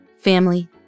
family